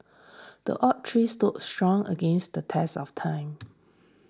the oak tree stood strong against the test of time